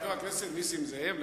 חבר הכנסת נסים זאב,